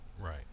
Right